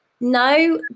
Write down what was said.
no